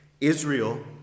Israel